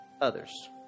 Others